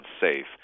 safe